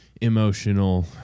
emotional